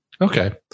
Okay